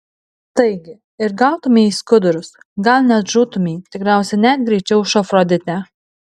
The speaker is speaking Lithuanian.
taigi ir gautumei į skudurus gal net žūtumei tikriausiai net greičiau už afroditę